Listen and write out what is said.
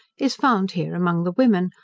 is found here among the women,